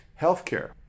Healthcare